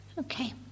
Okay